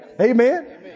Amen